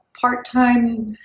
part-time